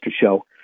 Show